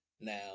Now